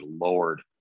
Lord